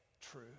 true